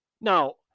Now